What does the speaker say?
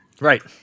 Right